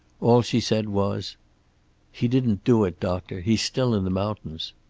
all she said was he didn't do it, doctor. he's still in the mountains.